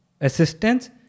assistance